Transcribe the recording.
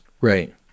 Right